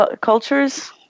cultures